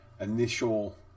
initial